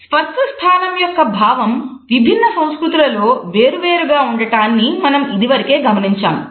స్పర్స స్థానం యొక్క భావం విభిన్న సంస్కృతులలో వేరువేరుగా ఉండటాన్ని మనం ఇదివరకే గమనించాము